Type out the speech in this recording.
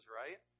right